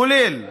כולל לוד,